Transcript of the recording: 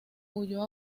huyó